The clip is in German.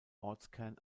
ortskern